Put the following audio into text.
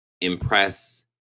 impress